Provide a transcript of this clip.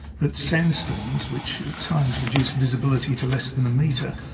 but sandstorms, which at times reduced visibility to less than a metre,